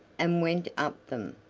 and went up them,